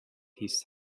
his